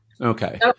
Okay